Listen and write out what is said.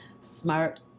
smart